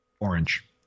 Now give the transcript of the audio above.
orange